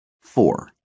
Four